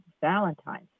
Valentine's